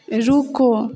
रूकू